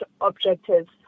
objectives